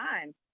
time